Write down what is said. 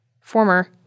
former